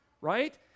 right